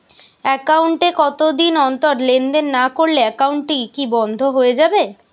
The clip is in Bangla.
একাউন্ট এ কতদিন অন্তর লেনদেন না করলে একাউন্টটি কি বন্ধ হয়ে যাবে?